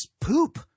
poop